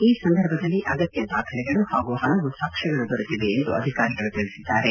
ಈ ಸಂದರ್ಭದಲ್ಲಿ ಅಗತ್ಯ ದಾಖಲೆಗಳು ಹಲವು ಸಾಕ್ಷ್ಯಗಳು ದೊರೆತಿವೆ ಎಂದು ಅಧಿಕಾರಿಗಳು ತಿಳಿಸಿದ್ದಾರೆ